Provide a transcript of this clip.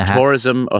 Tourism